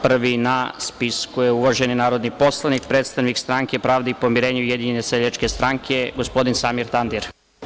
Prvi na spisku je uvaženi narodni poslanik predstavnik Stranke pravde i pomirenja i USS, gospodin Samir Tandir.